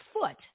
foot